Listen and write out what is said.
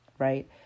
right